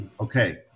Okay